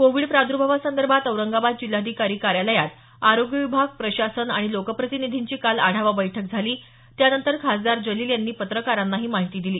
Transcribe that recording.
Covid प्रादुर्भावासंदर्भात औरंगाबाद जिल्हाधिकारी कार्यालयात आरोग्य विभाग प्रशासन आणि लोकप्रतिनिधींची काल आढावा बैठक झाली त्यानंतर खासदार जलील यांनी पत्रकारांना ही माहिती दिली